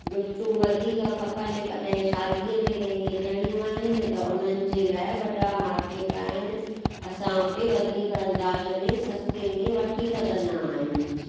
गिफ्टूं वधीक खपनि कॾहिं शादीअ में कंहिंखे ॾियणियूं आहिनि त उन्हनि जे लाइ वॾा मार्केट आहिनि असां उते वधीक अंदाज में सस्ते में वठी सघंदा आहियूं